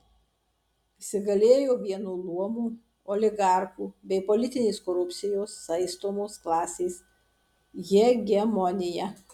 įsigalėjo vieno luomo oligarchų bei politinės korupcijos saistomos klasės hegemonija